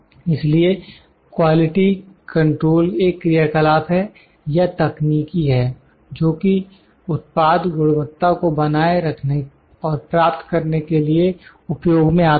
इसलिए quality control एक क्रियाकलाप है या तकनीकी है जोकि उत्पाद गुणवत्ता को बनाए रखने और प्राप्त करने के लिए उपयोग में आता है